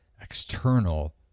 external